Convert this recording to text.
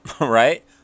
right